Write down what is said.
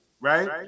right